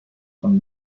con